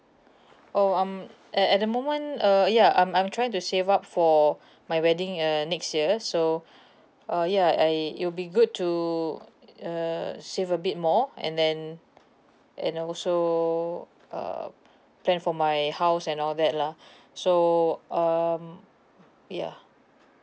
oh um at at the moment uh ya I'm I'm trying to save up for my wedding uh next year so uh ya I it will be good to uh save a bit more and then and also uh plan for my house and all that lah so um yeah